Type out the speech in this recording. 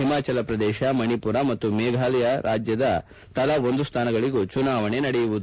ಹಿಮಾಚಲ ಪ್ರದೇತ ಮಣಿಪುರ ಮತ್ತು ಮೇಘಾಲಯ ರಾಜ್ಲದ ತಲಾ ಒಂದು ಸ್ಥಾನಗಳಗೂ ಚುನಾವಣೆ ನಡೆಯುವುದು